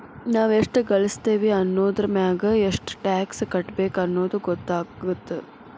ನಾವ್ ಎಷ್ಟ ಗಳಸ್ತೇವಿ ಅನ್ನೋದರಮ್ಯಾಗ ಎಷ್ಟ್ ಟ್ಯಾಕ್ಸ್ ಕಟ್ಟಬೇಕ್ ಅನ್ನೊದ್ ಗೊತ್ತಾಗತ್ತ